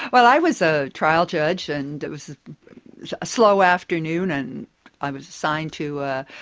well, i was a trial judge, and it was a slow afternoon, and i was assigned to a